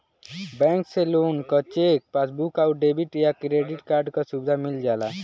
bank से लोग क चेक, पासबुक आउर डेबिट या क्रेडिट कार्ड क सुविधा मिल जाला